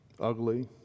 Ugly